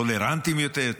טולרנטיים יותר,